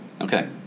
Okay